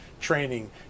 training